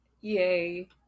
Yay